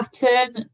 pattern